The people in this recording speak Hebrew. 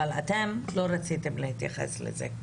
אבל אתם לא רציתם להתייחס לזה.